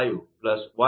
005 1